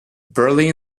burley